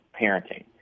parenting